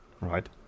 right